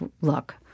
look –